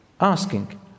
asking